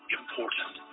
important